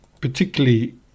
Particularly